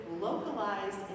localized